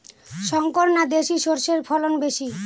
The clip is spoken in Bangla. শংকর না দেশি সরষের ফলন বেশী?